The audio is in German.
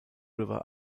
river